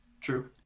True